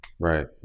right